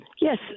Yes